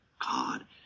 God